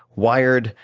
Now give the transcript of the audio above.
wired,